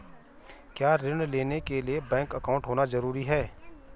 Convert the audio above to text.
क्या ऋण लेने के लिए बैंक अकाउंट होना ज़रूरी है?